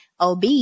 OB